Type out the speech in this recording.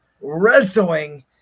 Wrestling